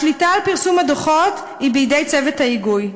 השליטה על פרסום הדוחות היא בידי צוות ההיגוי.